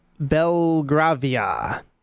Belgravia